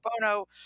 bono